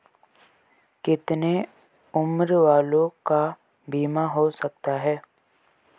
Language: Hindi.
कितने उम्र वालों का बीमा हो सकता है?